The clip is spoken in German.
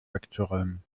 wegzuräumen